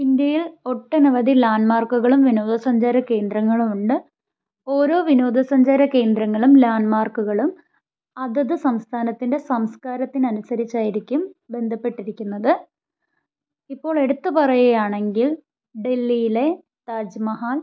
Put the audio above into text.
ഇന്ത്യയിൽ ഒട്ടനവധി ലാൻഡ്മാർക്കുകളും വിനോദസഞ്ചാര കേന്ദ്രങ്ങളും ഉണ്ട് ഓരോ വിനോദസഞ്ചാര കേന്ദ്രങ്ങളും ലാൻഡ്മാർക്കുകളും അതത് സംസ്ഥാനത്തിൻ്റെ സംസ്കാരത്തിനനുസരിച്ചായിരിക്കും ബന്ധപ്പെട്ടിരിക്കുന്നത് ഇപ്പോൾ എടുത്ത് പറയുകയാണെങ്കിൽ ഡൽഹിയിലെ താജ് മഹാൽ